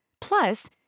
Plus